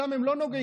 שם הם לא נוגעים.